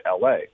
LA